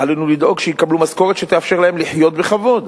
עלינו לדאוג שיקבלו משכורת שתאפשר להם לחיות בכבוד.